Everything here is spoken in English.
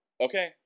Okay